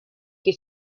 que